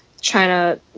China